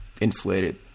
inflated